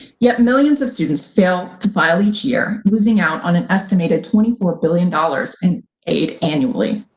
yet millions of students fail to file each year, losing out on an estimated twenty four billion dollars in aid annually.